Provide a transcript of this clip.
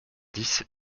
dix